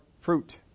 fruit